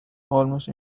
almost